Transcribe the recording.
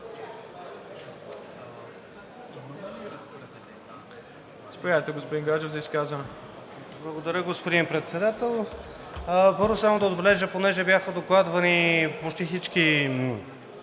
Благодаря, господин Председател. Първо само да отбележа, понеже бяха докладвани почти всички